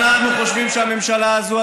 אנחנו חושבים שהממשלה הזאת,